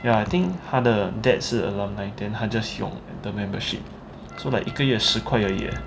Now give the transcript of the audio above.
ya I think 他的 dad 是 alumni then 他 just 用 the membership so like 一个月十块而已 eh